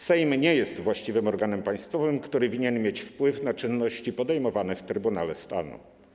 Sejm nie jest właściwym organem państwowym, który winien mieć wpływ na czynności podejmowane w Trybunale Stanu.